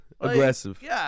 Aggressive